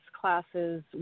classes